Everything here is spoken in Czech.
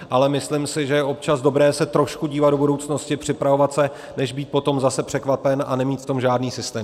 Ale myslím si, že je občas dobré se trošku dívat do budoucnosti, připravovat se, než být potom zase překvapen a nemít v tom žádný systém.